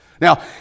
Now